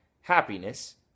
happiness